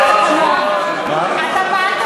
אתה פעלת